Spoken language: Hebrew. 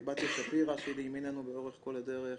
בתיה שפירא שהאמינה בנו לאורך כל הדרך.